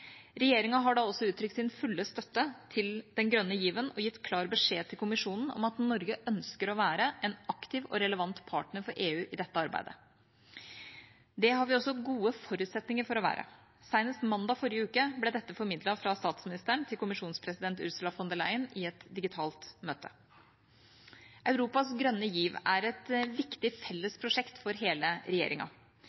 Regjeringa har da også uttrykt sin fulle støtte til den grønne given og gitt klar beskjed til Kommisjonen om at Norge ønsker å være en aktiv og relevant partner for EU i dette arbeidet. Det har vi også gode forutsetninger for å være. Senest mandag i forrige uke ble dette formidlet fra statsministeren til kommisjonspresident Ursula von der Leyen i et digitalt møte. Europas grønne giv er et viktig